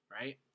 right